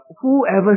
whoever